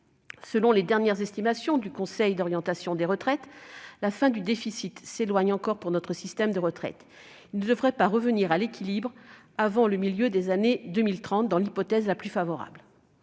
Selon les dernières estimations du Conseil d'orientation des retraites, la fin du déficit s'éloigne encore pour notre système des retraites. Il ne devrait pas revenir à l'équilibre avant le milieu des années 2030, dans l'hypothèse la plus favorable.